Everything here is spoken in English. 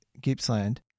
Gippsland